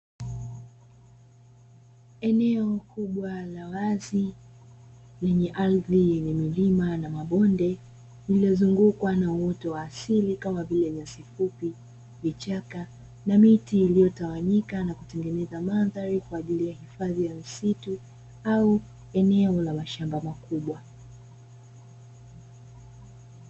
Eneo kubwa la wazi lenye milima na mabonde, lililozungukwa na uwoto wa asili kama vile nyasi fupi, vichaka na miti iliyotawanyika na kutengeneza mandhari kwaajili ya hifadhi ya misitu au eneo la mashamba makubwa.